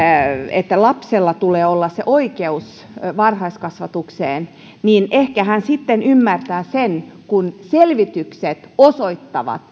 että lapsella tulee olla se oikeus varhaiskasvatukseen niin ehkä hän sitten ymmärtää sen kun selvitykset osoittavat